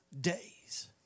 days